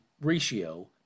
ratio